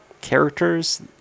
characters